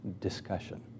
discussion